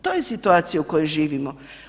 To je situacija u kojoj živimo.